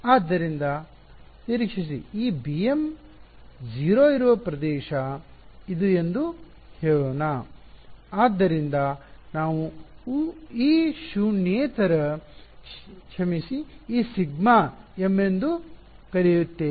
ಆದ್ದರಿಂದ ನಿರೀಕ್ಷಿಸಿ ಈ bm 0 ಇರುವ ಪ್ರದೇಶ ಇದು ಎಂದು ಹೇಳೋಣ ಆದ್ದರಿಂದ ನಾವು ಈ ಶೂನ್ಯೇತರ ಕ್ಷಮಿಸಿ ಈ ಸಿಗ್ಮಾ m ಎಂದು ಕರೆಯುತ್ತೇವೆ